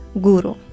guru